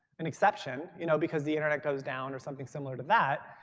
an exception you know because the internet goes down or something similar to that,